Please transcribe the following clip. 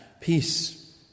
peace